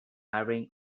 hiring